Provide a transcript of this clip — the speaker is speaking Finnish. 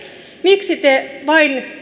miksi te vain